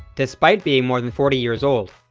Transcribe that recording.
despite being more than forty years old.